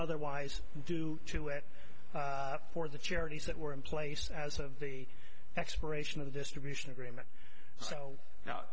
otherwise due to it for the charities that were in place as of the expiration of the distribution agreement so